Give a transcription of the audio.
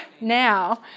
now